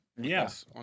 Yes